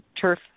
turf